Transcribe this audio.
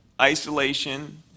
Isolation